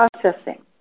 processing